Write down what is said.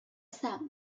sap